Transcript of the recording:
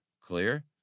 Clear